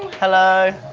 hello,